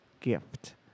gift